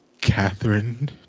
Catherine